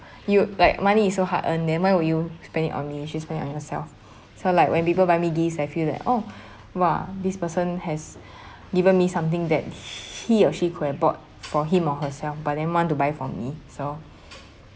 you like money is so hard earned then why would you spend it on me you should spend it on yourself so like when people buy me gifts I feel like oh !wah! this person has given me something that he or she could have bought for him or herself but then want to buy for me so